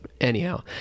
Anyhow